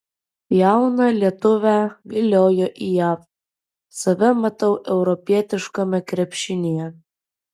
jauną lietuvę viliojo į jav save matau europietiškame krepšinyje